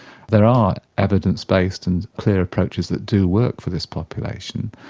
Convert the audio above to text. there are evidence based and clear approaches that do work for this population.